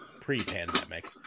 pre-pandemic